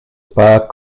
pas